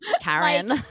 Karen